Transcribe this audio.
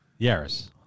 Yaris